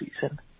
season